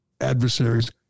adversaries